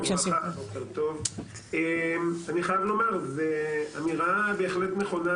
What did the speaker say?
שלום וברכה, אני חייב לומר, זה אמירה בהחלט נכונה,